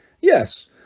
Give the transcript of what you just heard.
yes